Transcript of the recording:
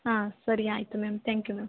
ಹಾಂ ಸರಿ ಆಯಿತು ಮ್ಯಾಮ್ ತ್ಯಾಂಕ್ ಯು ಮ್ಯಾಮ್